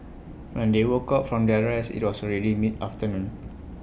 when they woke up from their rest IT was already mid afternoon